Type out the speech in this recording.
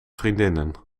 vriendinnen